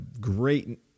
great